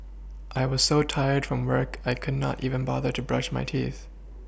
I was so tired from work I could not even bother to brush my teeth